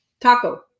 Taco